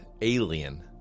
alien